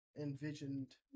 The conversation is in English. envisioned